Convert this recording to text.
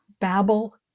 babble